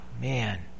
man